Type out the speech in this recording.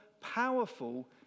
powerful